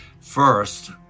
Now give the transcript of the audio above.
First